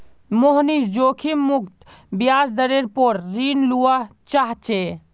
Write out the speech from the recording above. मोहनीश जोखिम मुक्त ब्याज दरेर पोर ऋण लुआ चाह्चे